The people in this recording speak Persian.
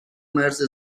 مرز